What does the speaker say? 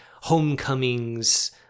homecomings